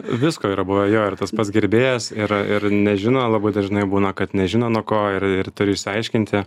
visko yra buvę jo ir tas pats gerbėjas ir ir nežino labai dažnai būna kad nežino nuo ko ir ir turi išsiaiškinti